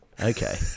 Okay